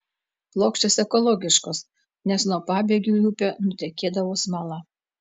plokštės ekologiškos nes nuo pabėgių į upę nutekėdavo smala